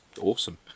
awesome